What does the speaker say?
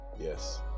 yes